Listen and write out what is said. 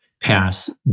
pass